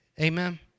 Amen